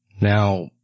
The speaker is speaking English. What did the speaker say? Now